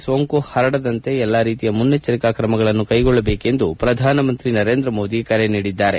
ಆದರೆ ಈ ಸೋಂಕು ಹರಡದಂತೆ ಎಲ್ಲಾ ರೀತಿಯ ಮುನ್ನೆಚ್ಚರಿಕಾ ಕ್ರಮಗಳನ್ನು ಕೈಗೊಳ್ಳಬೇಕೆಂದು ಪ್ರಧಾನಮಂತ್ರಿ ನರೇಂದ್ರಮೋದಿ ಕರೆ ನೀಡಿದ್ದಾರೆ